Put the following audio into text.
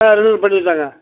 ஆ renewal பண்ணிட்டேங்க